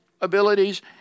abilities